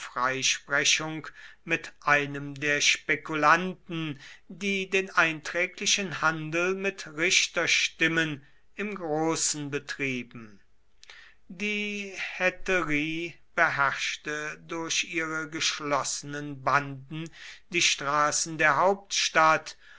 freisprechung mit einem der spekulanten die den einträglichen handel mit richterstimmen im großen betrieben die hetärie beherrschte durch ihre geschlossenen banden die straßen der hauptstadt